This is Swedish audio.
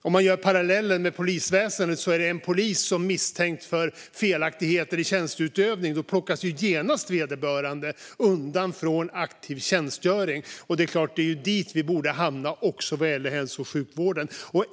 Om en polis misstänks för felaktigheter i sin tjänsteutövning - för att dra en parallell till polisväsendet - plockas vederbörande genast undan från aktiv tjänstgöring. Det är där vi borde hamna också i hälso och sjukvården.